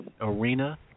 arena